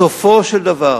בסופו של דבר